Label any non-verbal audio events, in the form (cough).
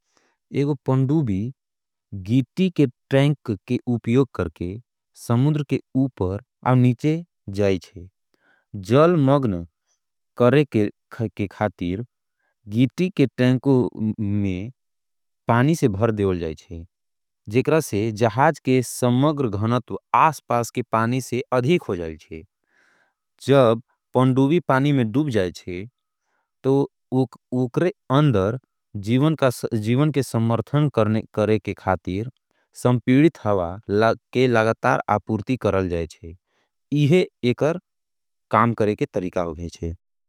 एग पंडूबी घीती के टेंक के उपयोग करके समुद्र के उपर आव निचे जाईचे। जल मगन करे के (hesitation) खातीर घीती के (hesitation) टेंको में पानी से भर देवल जाईचे। जेकरसे जहाज के सम्मग्र घहनत्व आसपास के पानी से अधिक हो जाईचे। जब पंडूबी पानी में डूब जाईचे, तो (hesitation) उकरे अंदर जीवन के (hesitation) सम्मर्थन करे के खातीर संपीडि थावा के लगतार आपूर्ती करल जाईचे। इहे एकर काम करे के तरीका हो गयेचे।